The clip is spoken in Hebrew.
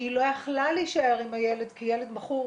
שהיא לא יכלה להישאר עם הילד כי הילד מכור,